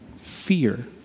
Fear